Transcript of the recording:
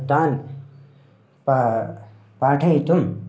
तान् पाठं पाठयितुं